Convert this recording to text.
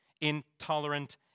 intolerant